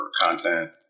content